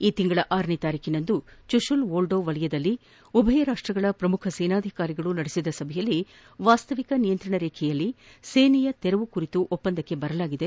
ಇದೇ ತಿಂಗಳ ಒಂದು ಚುಕುಲ್ ಮೋಲ್ಡೊ ವಲಯದಲ್ಲಿ ಎರಡೂ ರಾಷ್ಟಗಳ ಪ್ರಮುಖ ಸೇನಾಧಿಕಾರಿಗಳು ನಡೆಸಿದ ಸಭೆಯಲ್ಲಿ ವಾಸ್ತವ ನಿಯಂತ್ರಣ ರೇಖೆಯಲ್ಲಿ ಸೇನೆಯ ತೆರವು ಕುರಿತ ಒಪ್ಪಂದಕ್ಕೆ ಬರಲಾಗಿತ್ತು